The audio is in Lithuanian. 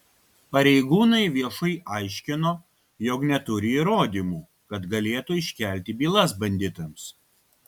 pareigūnai viešai aiškino jog neturi įrodymų kad galėtų iškelti bylas banditams